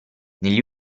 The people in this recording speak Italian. negli